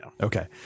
Okay